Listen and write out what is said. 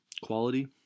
quality